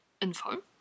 info